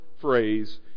phrase